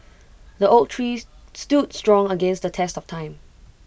the oak tree stood strong against the test of time